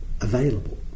available